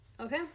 okay